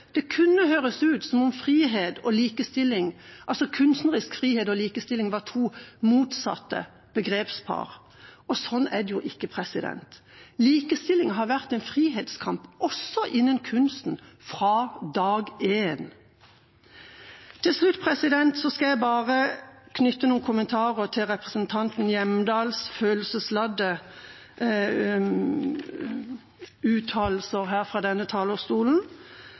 det kunne høres ut som om kunstnerisk frihet og likestilling var to motsatte begrepspar. Sånn er det jo ikke. Likestilling har vært en frihetskamp, også innen kunsten, fra dag én. Til slutt skal jeg knytte noen kommentarer til representanten Hjemdals følelsesladde uttalelser her fra denne talerstolen.